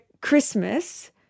Christmas